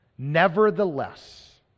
Nevertheless